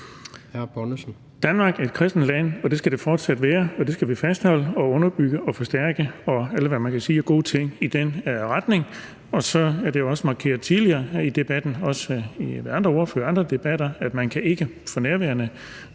Danmark er et kristent land, det skal det fortsat være, og det skal vi fastholde, underbygge og forstærke, og hvad man ellers kan sige af gode ting i den retning. Så er det jo også markeret tidligere i debatten af andre ordførere